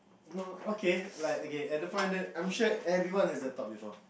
no okay like okay at the point I'm sure everyone has the thought before